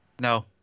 No